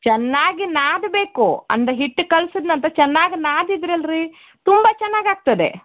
ಚೆನ್ನಾಗಿ ನಾದ್ಬೇಕು ಅಂದರೆ ಹಿಟ್ಟು ಕಲ್ಸಿದನಂತ್ರ ಚನ್ನಾಗಿ ನಾದಿದ್ದರಲ್ಲರೀ ತುಂಬಾ ಚನ್ನಾಗಿ ಆಗ್ತದೆ